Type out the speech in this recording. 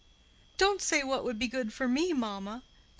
don't say what would be good for me, mamma,